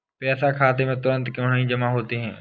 पैसे खाते में तुरंत क्यो नहीं जमा होते हैं?